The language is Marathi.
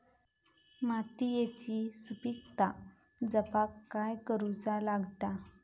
मातीयेची सुपीकता जपाक काय करूचा लागता?